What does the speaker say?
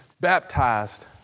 baptized